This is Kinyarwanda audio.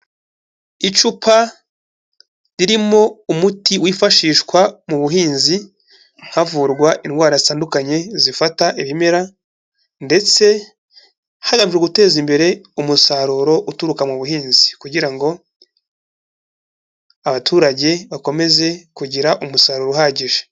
Icupa ririmo umuti wifashishwa mu buhinzi, havurwa indwara zitandukanye zifata ibimera ndetse hagamijwe guteza imbere umusaruro uturuka mu buhinzi kugira ngo abaturage bakomeze kugira umusaruro uhagije.